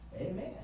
Amen